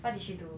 what did she do